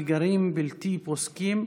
אתגרים בלתי פוסקים,